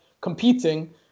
competing